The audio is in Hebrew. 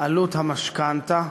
עלות המשכנתה.